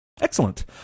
Excellent